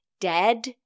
dead